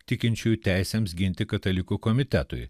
tikinčiųjų teisėms ginti katalikų komitetui